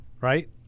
right